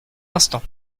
instant